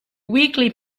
weekly